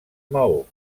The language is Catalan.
maó